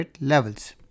levels